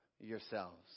yourselves